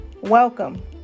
welcome